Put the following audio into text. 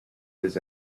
his